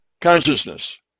consciousness